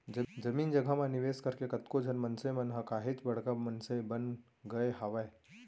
जमीन जघा म निवेस करके कतको झन मनसे मन ह काहेच बड़का मनसे बन गय हावय